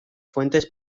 fuentes